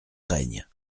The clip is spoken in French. règne